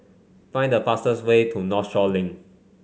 find the fastest way to Northshore Link